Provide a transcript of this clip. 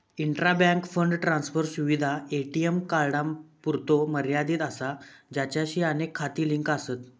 intra bank fund transfer सुविधा ATM कार्डांपुरतो मर्यादित असा ज्याचाशी अनेक खाती लिंक आसत